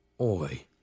Oi